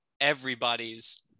everybody's